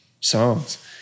songs